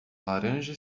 laranja